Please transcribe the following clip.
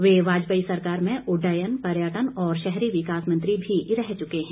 वे वाजपेयी सरकार में उड्डयन पर्यटन और शहरी विकास मंत्री भी रह चुके हैं